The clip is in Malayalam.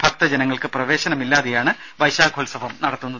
ഭക്തജനങ്ങൾക്ക് പ്രവേശനമില്ലാതെയാണ് വൈശാഖോത്സവം നടത്തുന്നത്